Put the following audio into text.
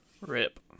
Rip